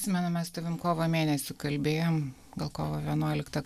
atsimenu mes su tavim kovo mėnesį kalbėjom gal kovo vienuoliktą